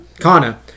Kana